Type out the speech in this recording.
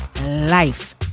life